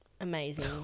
amazing